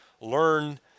learn